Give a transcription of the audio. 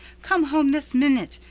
come home this minute.